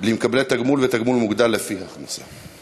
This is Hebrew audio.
למקבלי תגמול ותגמול מוגדל לפי הכנסה),